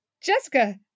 Jessica